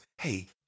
hey